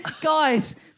guys